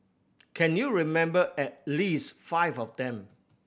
can you remember at least five of them